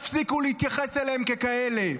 תפסיקו להתייחס אליהם ככאלה.